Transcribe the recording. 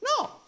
No